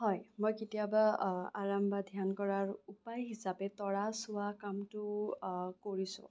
হয় মই কেতিয়াবা আৰাম বা ধ্যান কৰাৰ উপায় হিচাপে তৰা চোৱা কামটো কৰিছো